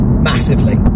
Massively